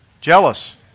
Jealous